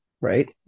right